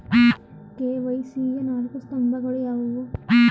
KYC ಯ ನಾಲ್ಕು ಸ್ತಂಭಗಳು ಯಾವುವು?